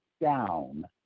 down